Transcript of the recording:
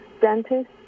dentist